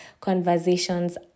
conversations